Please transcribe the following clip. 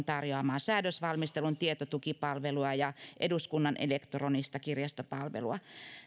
tarjoamaa säädösvalmistelun tietotukipalvelua ja eduskunnan elektronista kirjastopalvelua